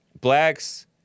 blacks